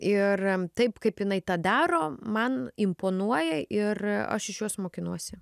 ir taip kaip jinai tą daro man imponuoja ir aš iš jos mokinuosi